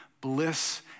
bliss